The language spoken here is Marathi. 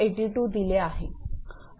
82 दिले आहे